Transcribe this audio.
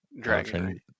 Dragon